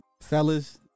fellas